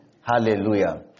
Hallelujah